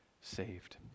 saved